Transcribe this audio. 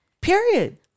period